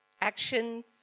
actions